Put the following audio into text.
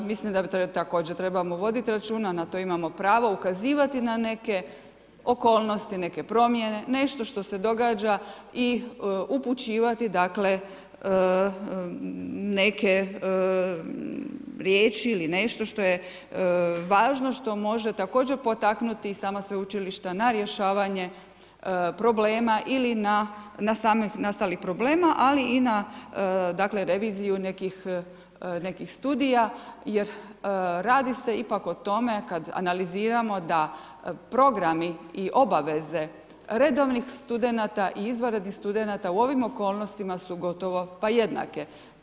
Mislim da o tome također trebamo voditi računa, na to imamo pravo, ukazivati na neke okolnosti, neke promjene, nešto što se događa i upućivati dakle neke riječi ili nešto što je važno što može također potaknuti i sama sveučilišta na rješavanje problema ili na sam nastali problem, ali i na reviziju nekih studija jer radi se ipak o tome kad analiziramo da programi i obaveze redovnih studenata i izvanrednih studenata u ovim okolnostima su gotovo pa jednake.